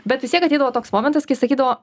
bet vis tiek ateidavo toks momentas kai sakydavo